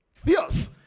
fierce